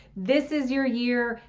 this is your year,